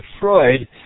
Freud